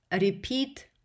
repeat